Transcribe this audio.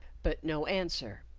but no answer,